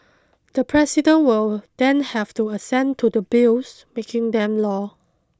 the President will then have to assent to the Bills making them law